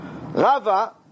Rava